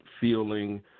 feeling